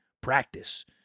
practice